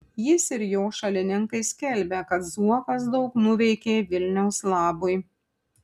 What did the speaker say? jis ir jo šalininkai skelbia kad zuokas daug nuveikė vilniaus labui